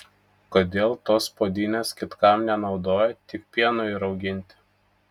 kodėl tos puodynės kitkam nenaudojo tik pienui rauginti